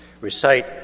recite